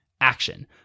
action